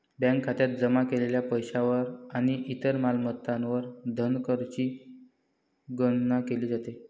bank खात्यात जमा केलेल्या पैशावर आणि इतर मालमत्तांवर धनकरची गणना केली जाते